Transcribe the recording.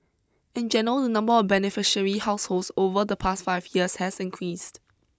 in general the number of beneficiary households over the past five years has increased